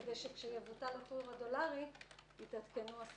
כדי שכאשר יבוטל הטור בדולרים יתעדכנו הסכומים.